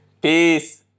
Peace